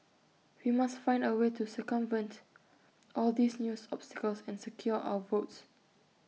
we must find A way to circumvent all these news obstacles and secure our votes